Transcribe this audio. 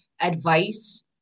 advice